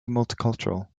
multicultural